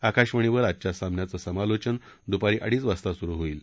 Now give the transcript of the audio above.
आकाशवाणीवर आजच्या सामन्याचं समालोचन दुपारी अडीच वाजता सुरु होईल